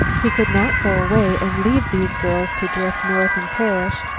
he could not go away and leave these girls to drift north and perish,